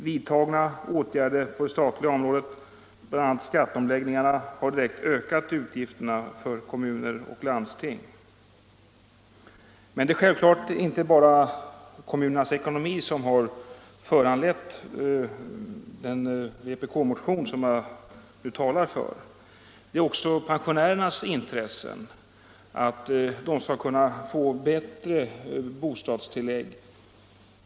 Vidtagna åtgärder på det statliga området, bl.a. skatteomläggningarna, har direkt ökat utgifterna för kommuner och landsting. Men det är självfallet inte bara kommunernas ekonomi som har föranlett den vpk-motion som jag nu talar för. Det är också i pensionärernas intresse att de skall kunna få bättre bostadstillägg.